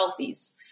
selfies